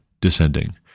descending